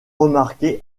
remarquer